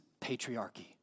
patriarchy